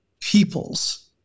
peoples